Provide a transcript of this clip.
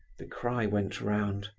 the cry went round.